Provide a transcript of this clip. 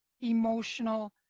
emotional